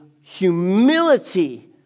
humility